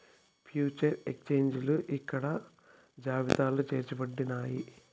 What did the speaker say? future ఎక్స్చేంజిలు ఇక్కడ జాబితాలో చేర్చబడుతున్నాయి